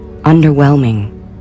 underwhelming